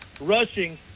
rushing